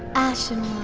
ashen